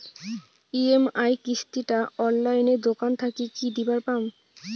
EMI কিস্তি টা অনলাইনে দোকান থাকি কি দিবার পাম?